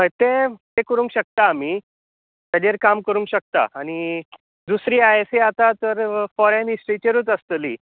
हय तें तें करूंक शकता आमी ताजेर काम करूंक शकता आनी दुसरी आय एस ए आतां तर फॉरेन हिस्ट्रीचेरूच आसतली